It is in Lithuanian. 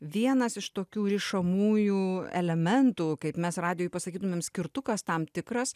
vienas iš tokių rišamųjų elementų kaip mes radijuj pasakytumėm skirtukas tam tikras